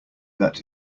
that